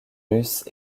russes